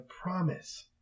promise